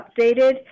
updated